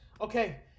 Okay